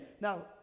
Now